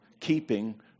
keeping